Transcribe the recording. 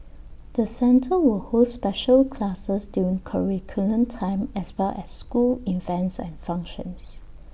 the centre will hold special classes during curriculum time as well as school events and functions